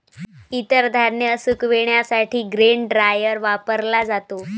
इतर धान्य सुकविण्यासाठी ग्रेन ड्रायर वापरला जातो